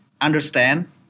understand